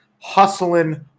hustling